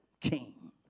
king